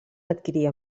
adquirir